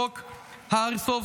חוק האיירסופט,